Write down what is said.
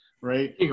right